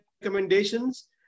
recommendations